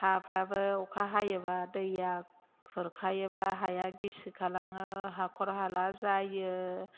हाफ्राबो अखा हायोब्ला दैया खुरखायोब्ला हाया गिसि खालाङो हाखर हाला जायो